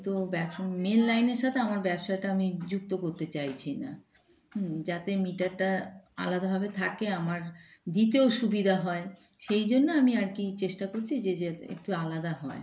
তো ব্যবসা মেন লাইনের সাথে আমার ব্যবসাটা আমি যুক্ত করতে চাইছি না হম যাতে মিটারটা আলাদাভাবে থাকে আমার দিতেও সুবিধা হয় সেই জন্য আমি আর কি চেষ্টা করছি যে একটু আলাদা হয়